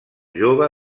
jove